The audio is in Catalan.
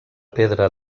pedra